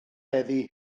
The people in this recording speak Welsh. heddiw